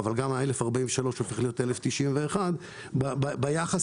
אבל גם ה-1,043 הופך להיות 1,091. ביחס